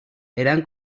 eran